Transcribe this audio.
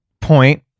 point